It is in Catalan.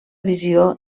visió